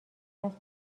است